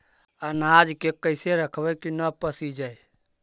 अनाज के कैसे रखबै कि न पसिजै?